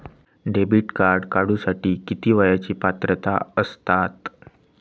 Debit card काढूसाठी किती वयाची पात्रता असतात?